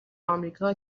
آمریکا